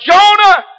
Jonah